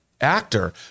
actor